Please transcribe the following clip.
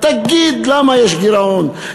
תגיד למה יש גירעון,